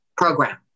program